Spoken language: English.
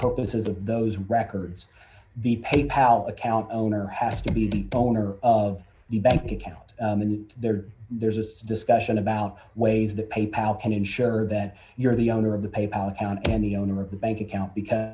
purposes of those records the pay pal account owner has to be the owner of the bank account and there there's a discussion about ways to pay pal can ensure that you're the owner of the pay pal account and the owner of the bank account because